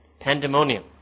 pandemonium